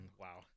Wow